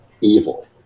evil